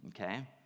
okay